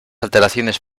alteraciones